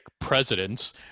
presidents